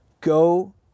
Go